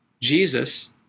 Jesus